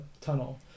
tunnel